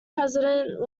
president